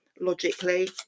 logically